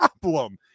problem